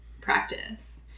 practice